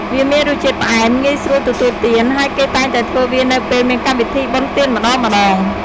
វាមានរសជាតិផ្អែម ងាយស្រួលទទួលទាន ហើយគេតែងតែធ្វើវានៅពេលមានកម្មវិធីបុណ្យទានម្តងៗ។